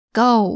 go